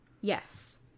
Yes